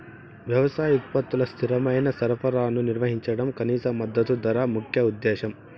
వ్యవసాయ ఉత్పత్తుల స్థిరమైన సరఫరాను నిర్వహించడం కనీస మద్దతు ధర ముఖ్య ఉద్దేశం